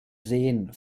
seen